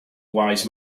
wise